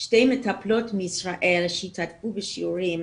שתי מטפלות בישראל שהשתתפו בשיעורים,